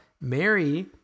Mary